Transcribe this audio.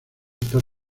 estar